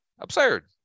Absurd